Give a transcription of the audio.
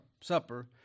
supper